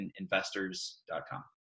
investors.com